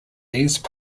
these